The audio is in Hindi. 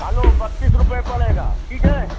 आलू बत्तीस रुपये पड़ेगा ठीक है